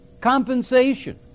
compensation